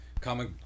comic